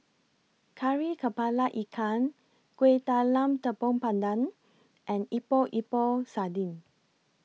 Kari Kepala Ikan Kueh Talam Tepong Pandan and Epok Epok Sardin